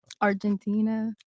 argentina